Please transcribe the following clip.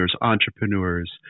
entrepreneurs